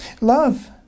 love